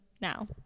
now